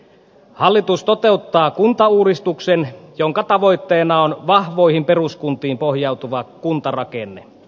hallitus toteuttaa kuntauudistuksen jonka tavoitteena on vahvoihin peruskuntiin pohjautuva kuntarakenne